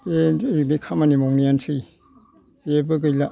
बे ओरै खामानि मावनायानोसै जेबो गैला